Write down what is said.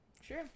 Sure